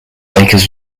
lakers